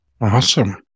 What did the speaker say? Awesome